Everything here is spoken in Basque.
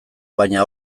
baina